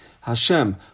Hashem